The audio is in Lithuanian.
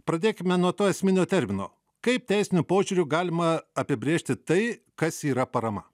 pradėkime nuo to esminio termino kaip teisiniu požiūriu galima apibrėžti tai kas yra parama